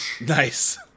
Nice